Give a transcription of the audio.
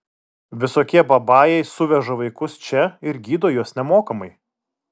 visokie babajai suveža vaikus čia ir gydo juos nemokamai